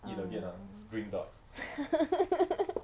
um